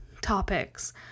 topics